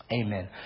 Amen